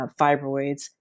fibroids